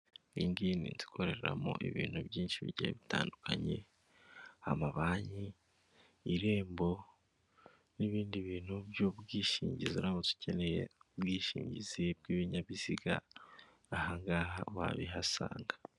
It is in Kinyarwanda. Iyi ngiyi ni inzu ikoreramo ibintu byinshi bitandukanye amabanki irembo n'ibindi bintu by'ubwishingizi uramutse ukeneye ubwishingizi bw'ibinyabizigahangaha wabihasanga.